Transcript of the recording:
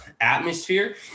atmosphere